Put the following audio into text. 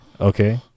Okay